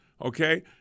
Okay